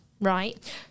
Right